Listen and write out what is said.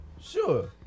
Sure